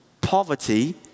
Poverty